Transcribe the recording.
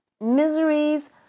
miseries